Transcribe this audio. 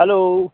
hello